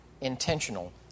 intentional